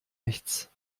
nichts